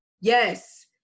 Yes